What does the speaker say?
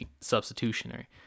substitutionary